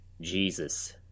Jesus